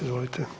Izvolite.